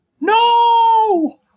No